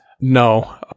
No